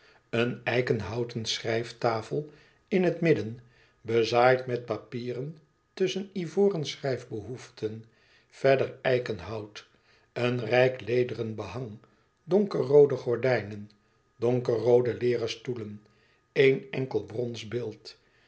een eikenhouten schrijftafel in het midden bezaaid met papieren tusschen ivoren schrijfbehoeften verder eikenhout een rijk lederen behang donkerroode gordijnen donkerroode leêren stoelen één enkel brons beeld